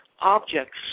objects